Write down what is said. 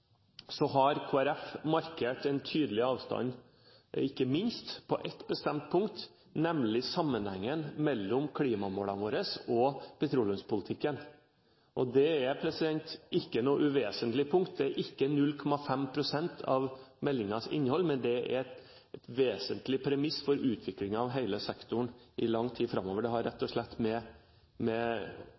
så har Kristelig Folkeparti markert en tydelig avstand ikke minst på ett bestemt punkt, nemlig når det gjelder sammenhengen mellom klimamålene våre og petroleumspolitikken. Og det er ikke noe uvesentlig punkt, det er ikke 0,5 pst. av meldingens innhold, men det er et vesentlig premiss for utviklingen av hele sektoren i lang tid framover. Det har rett og slett med